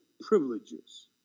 privileges